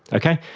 okay?